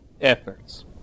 efforts